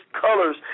colors